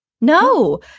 no